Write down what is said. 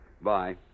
Bye